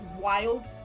wild